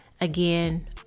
Again